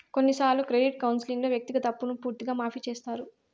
కొన్నిసార్లు క్రెడిట్ కౌన్సిలింగ్లో వ్యక్తిగత అప్పును పూర్తిగా మాఫీ చేత్తారు